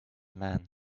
man